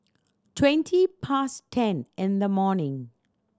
twenty past ten in the morning